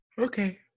Okay